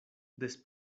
des